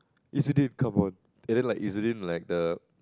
come on and then like like the